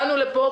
באנו לפה,